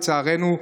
לצערנו,